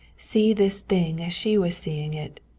see this thing as she was seeing it.